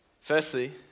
Firstly